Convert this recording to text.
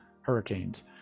hurricanes